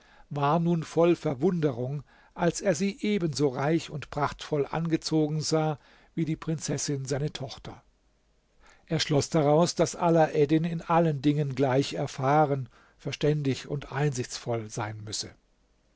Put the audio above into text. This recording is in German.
war nun voll verwunderung als er sie ebenso reich und prachtvoll angezogen sah wie die prinzessin seine tochter er schloß daraus daß alaeddin in allen dingen gleich erfahren verständig und einsichtsvoll sein müsse